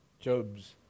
Job's